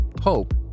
hope